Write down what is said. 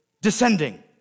descending